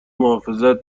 محافظت